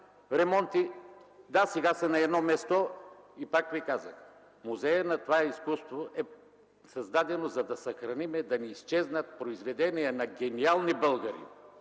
ремонти. Да, сега са на едно място и пак Ви казах, музеят на това изкуство е създаден, за да съхраним, да не изчезнат произведения на гениални българи.